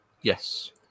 Yes